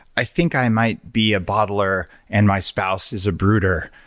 i think i might be a bottler and my spouse is a brooder.